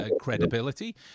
credibility